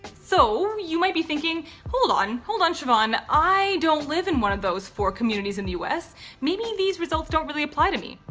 so you might be thinking hold on. hold on siobhan i don't live in one of those four communities in the us maybe these results don't really apply to me?